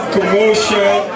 Commercial